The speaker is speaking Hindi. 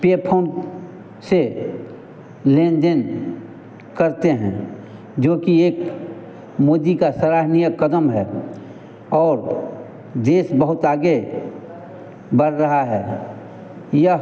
पे फोन से लेन देन करते हैं जोकि एक मोदी का सराहनीय क़दम है और देश बहुत आगे बढ़ रहा है यह